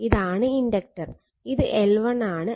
ഇതാണ് ഇൻഡക്റ്റർ ഇത് L1ആണ്